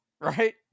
right